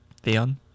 Theon